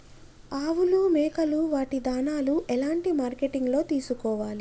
ఆవులు మేకలు వాటి దాణాలు ఎలాంటి మార్కెటింగ్ లో తీసుకోవాలి?